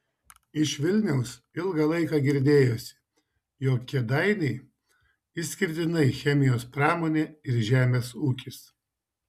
iš vilniaus ilgą laiką girdėjosi jog kėdainiai išskirtinai chemijos pramonė ir žemės ūkis